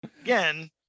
again